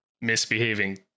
misbehaving